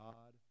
God